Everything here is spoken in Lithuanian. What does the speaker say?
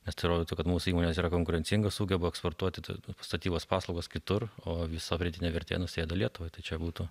nes tai rodytų kad mūsų įmonės yra konkurencingos sugeba eksportuoti statybos paslaugas kitur o visa pridėtinė vertė nusėda lietuvai tai čia būtų